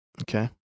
okay